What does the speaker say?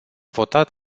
votat